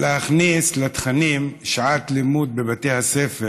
להכניס בתכנים שעת לימוד בבתי ספר